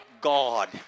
God